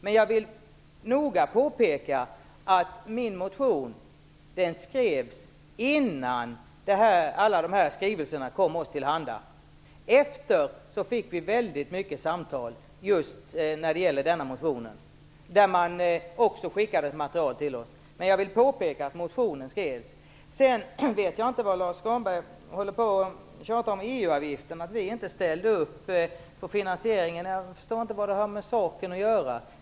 Men jag vill noga påpeka att min motion skrevs innan alla de här skrivelserna kom oss till handa. Efteråt fick vi väldigt många samtal just när det gäller den här motionen. Man skickade också ett material till oss. Jag vet inte varför att Lars U Granberg tjatar om EU-avgiften och om att vi inte ställde upp på finansieringen. Jag förstår inte vad det har med saken att göra.